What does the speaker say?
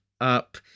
up